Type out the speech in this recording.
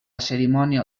cerimònia